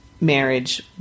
marriage